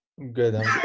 Good